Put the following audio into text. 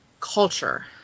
culture